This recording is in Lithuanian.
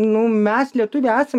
nu mes lietuviai esam